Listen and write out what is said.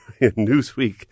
Newsweek